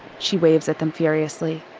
she waves at them furiously.